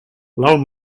love